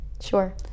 sure